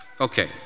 Okay